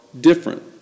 different